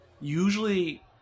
usually